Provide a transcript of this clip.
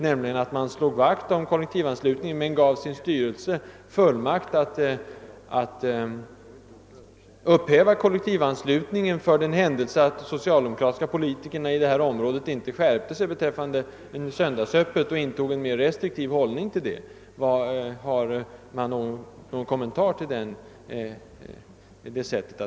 Avdelningen uttalade att den slår vakt om kollektivanslutningen, men gav sin styrelse fullmakt att upphäva beslutet om anslutningen, för den händelse de socialdemokratiska politikerna i det område där avdelningen är verksam inte skärpte sig och intog en mera restriktiv hållning till öppethållande på söndagar. Har herr Jönsson någon kommentar till det handlingssättet?